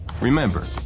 Remember